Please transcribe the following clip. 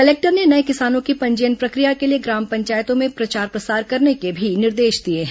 collector ने नये किसानों की पंजीयन प्रक्रिया के लिए ग्राम पंचायतों में प्रचार प्रसार कराने के भी निर्देश दिए हैं